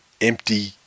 empty